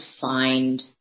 find